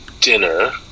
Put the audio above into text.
dinner